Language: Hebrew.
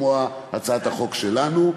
כמו שאומרת הצעת החוק שלנו.